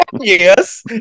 Yes